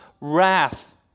wrath